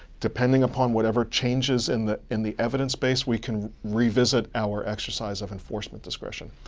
depending upon whatever changes in the in the evidence base, we can revisit our exercise of enforcement discretion.